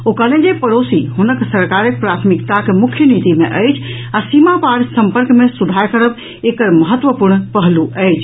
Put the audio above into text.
ओ कहलनि जे पड़ोसी हुनक सरकारक प्राथमिकताक मुख्य नीति मे अछि आ सीमा पार सम्पर्क मे सुधार करब एकर एक महत्वपूर्ण पहलू अछि